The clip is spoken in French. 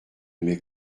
mes